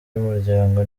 y’umuryango